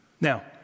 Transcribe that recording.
Now